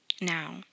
Now